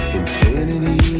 infinity